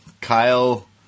Kyle